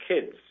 kids